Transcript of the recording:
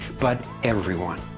but everyone.